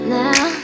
now